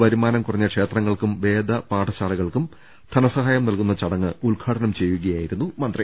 വരുമാനം കുറഞ്ഞ ക്ഷേത്രങ്ങൾക്കും വേദപാഠശാലകൾക്കും ധനസഹായം നൽകുന്ന ചടങ്ങ് ഉദ്ഘാടനം ചെയ്യുകയായിരുന്നു മന്ത്രി